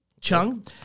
Chung